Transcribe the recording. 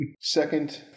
Second